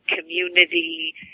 community